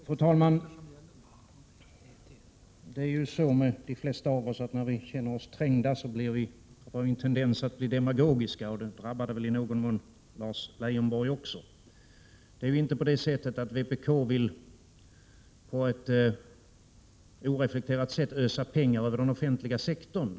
Fru talman! Det är ju så med de flesta av oss att när vi känner oss trängda har vi en tendens att bli demagogiska, och det drabbade väl i någon mån även Lars Leijonborg. Det är inte så att vpk på ett oreflekterat sätt vill ösa pengar över den offentliga sektorn.